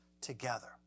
together